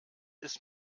ist